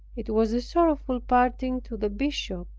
it was a sorrowful parting to the bishop.